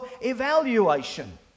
evaluation